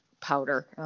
powder